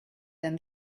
than